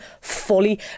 fully